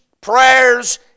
prayers